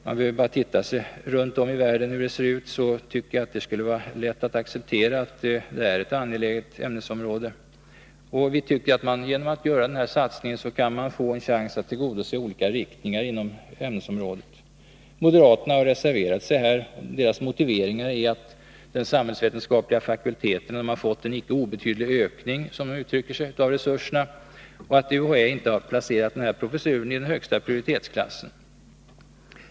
Man behöver bara titta hur det ser ut runt om i världen för att det skall vara lätt att acceptera att det är ett angeläget ämnesområde. Vi tycker att man genom att göra denna satsning kan få en chans att tillgodose olika riktningar inom ämnesområdet. Moderaterna har reserverat sig. Deras motiveringar är att den samhällsvetenskapliga fakulteten har fått ”en inte obetydlig ökning av resurserna” och att UHÄ inte har placerat denna professur i den högsta prioritetsklassen.